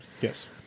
Yes